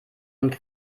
und